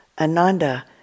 Ananda